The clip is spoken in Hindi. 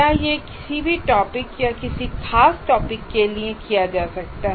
क्या यह किसी भी टॉपिक या किसी खास टॉपिक के लिए किया जा सकता है